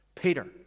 Peter